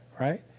Right